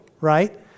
right